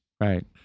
Right